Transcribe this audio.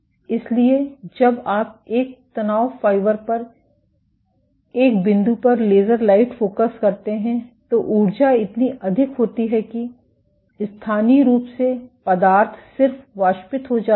इसलिए जब आप एक तनाव फाइबर पर एक बिंदु पर लेजर लाइट फोकस करते हैं तो ऊर्जा इतनी अधिक होती है कि स्थानीय रूप से पदार्थ सिर्फ वाष्पित हो जाता है